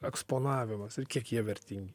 eksponavimas ir kiek jie vertingi